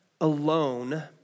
alone